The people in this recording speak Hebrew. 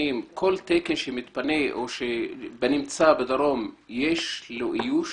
תקנים וכל תקן שמתפנה או נמצא בדרום יש לו איוש?